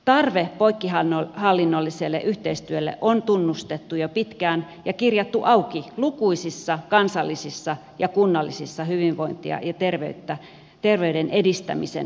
tarve poikkihallinnolliselle yhteistyölle on tunnustettu jo pitkään ja kirjattu auki lukuisissa kansallisissa ja kunnallisissa hyvinvoinnin ja terveyden edistämisen yhteistyöohjelmissa